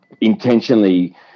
intentionally